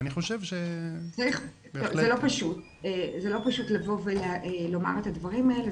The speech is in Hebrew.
זה לא פשוט לבוא ולומר את הדברים האלה.